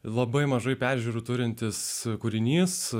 labai mažai peržiūrų turintis kūrinys